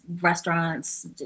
restaurants